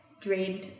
drained